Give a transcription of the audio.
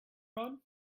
mode